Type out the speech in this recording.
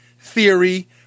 theory